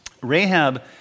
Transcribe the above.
Rahab